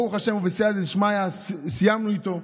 ברוך השם, ובסייעתא דשמיא, סיימנו איתו.